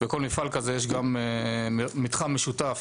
בכל מפעל כזה יש מתחם משותף